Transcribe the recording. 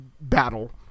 battle –